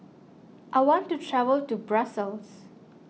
I want to travel to Brussels